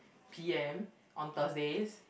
P_M on Thursdays